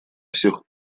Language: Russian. всех